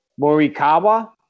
Morikawa